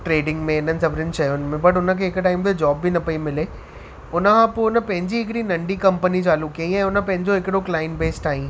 trading में हिननि सभिनी शयुनि में बट उन खे हिकु टाइम ते जॅाब बि पई मिले उन खां पो उन पंहिंजी हिकड़ी नंढी कम्पनी चालू कयईं ऐं पंहिंजो हिकिड़ो क्लाईंट बेस ठाही